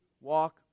walk